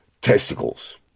testicles